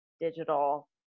digital